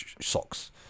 socks